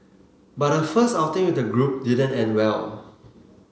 but her first outing with the group didn't end well